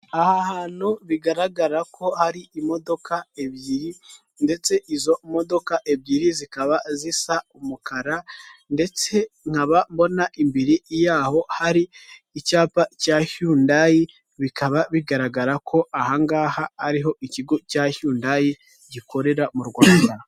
Aha hantu bigaragara ko hari imodoka ebyiri, ndetse izo modoka ebyiri zikaba zisa umukara, ndetse nkaba mbona imbere y'aho hari icyapa cya yundayi, bikaba bigaragara ko aha ngaha ariho ikigo cya yundayi gikorera mu Rwanda.